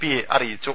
P യെ അറിയിച്ചു